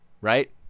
right